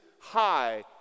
high